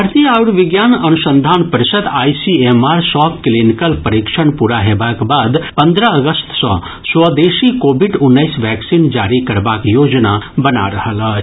भारतीय आयुर्विज्ञान अनुसंधान परिषद आईसीएमआर सभ क्लिनिकल परीक्षण प्रा हेबाक बाद पन्द्रह अगस्त सँ स्वदेशी कोविड उन्नैस वैक्सीन जारी करबाक योजना बना रहल अछि